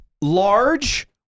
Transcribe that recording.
large